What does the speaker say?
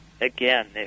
Again